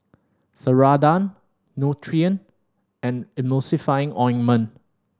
Ceradan Nutren and Emulsying Ointment